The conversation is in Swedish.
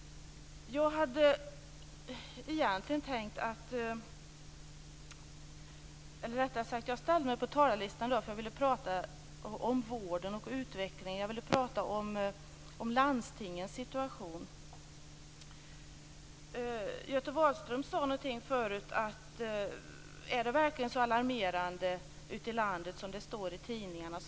Jag satte upp mig på talarlistan därför att jag ville prata om vården och utvecklingen och om landstingens situation. Göte Wahlström frågade förut om det verkligen är så alarmerande ute i landet som vi kan läsa om i tidningarna.